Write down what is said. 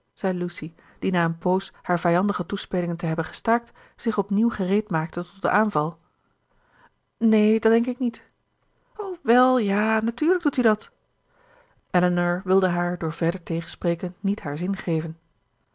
zei lucy die na een poos haar vijandige toespelingen te hebben gestaakt zich op nieuw gereedmaakte tot den aanval neen dat denk ik niet o wel ja natuurlijk doet u dat elinor wilde haar door verder tegenspreken niet haar